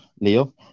Leo